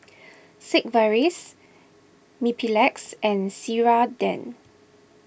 Sigvaris Mepilex and Ceradan